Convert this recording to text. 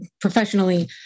professionally